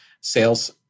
sales